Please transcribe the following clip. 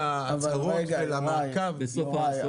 יוראי,